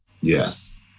Yes